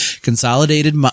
Consolidated